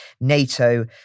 NATO